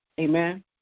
Amen